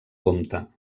compte